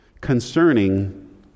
concerning